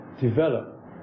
develop